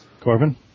Corbin